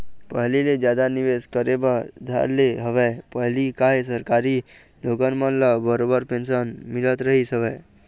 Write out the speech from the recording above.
पहिली ले जादा निवेश करे बर धर ले हवय पहिली काहे सरकारी लोगन मन ल बरोबर पेंशन मिलत रहिस हवय